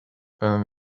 than